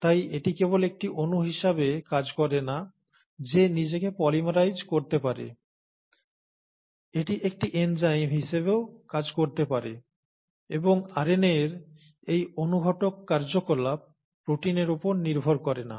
তাই এটি কেবল একটি অণু হিসাবে কাজ করে না যে নিজেকে পলিমারাইজ করতে পারে এটি একটি এনজাইম হিসাবেও কাজ করতে পারে এবং আরএনএর এই অনুঘটক কার্যকলাপ প্রোটিনের উপর নির্ভর করে না